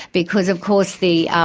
because of course the.